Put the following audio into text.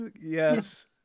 Yes